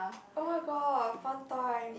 oh-my-god fun time